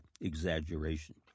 exaggeration